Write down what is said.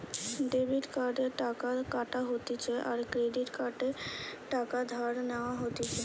debit কার্ডে টাকা কাটা হতিছে আর ক্রেডিটে টাকা ধার নেওয়া হতিছে